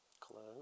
Close